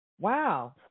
Wow